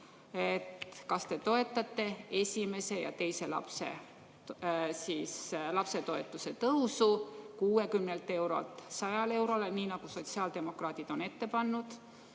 kas te toetate esimese ja teise lapse toetuse tõusu 60 eurolt 100 eurole, nii nagu sotsiaaldemokraadid on ette pannud